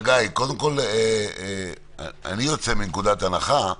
חגי, קודם כול אני יוצא מתוך נקודת הנחה,